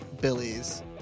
Billy's